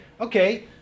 okay